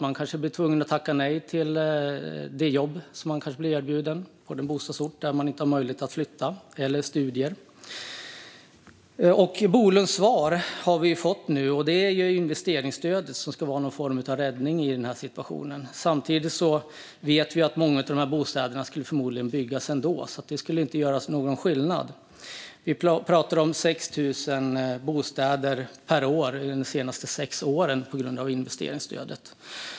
Man kanske blir tvungen att tacka nej till det jobb man blir erbjuden på en bostadsort dit man inte har möjlighet att flytta, eller till studier. I Bolunds svar som vi nu har fått är det investeringsstödet som ska vara någon form av räddning i den här situationen. Samtidigt vet vi att många av dessa bostäder förmodligen skulle byggas ändå. Det skulle alltså inte göra någon skillnad. Vi pratar om 6 000 bostäder per år de senaste sex åren på grund av investeringsstödet.